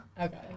Okay